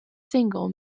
single